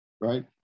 right